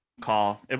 call